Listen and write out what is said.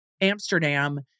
Amsterdam